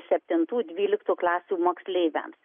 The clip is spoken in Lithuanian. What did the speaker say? septintų dvyliktų klasių moksleiviams